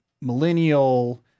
millennial